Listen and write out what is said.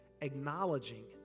acknowledging